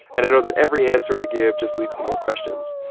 and i know that every answer i give just leads to more questions.